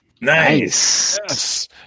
Nice